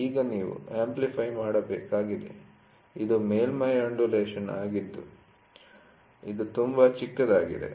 ಆದ್ದರಿಂದ ಈಗ ನೀವು ಅಂಪ್ಲಿಫೈ ಮಾಡಬೇಕಾಗಿದೆ ಇದು ಮೇಲ್ಮೈ ಅನ್ಡ್ಯುಲೇಟ್ ಆಗಿದ್ದು ಅದು ತುಂಬಾ ಚಿಕ್ಕದಾಗಿದೆ